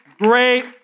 great